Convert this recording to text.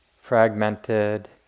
fragmented